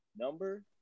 Number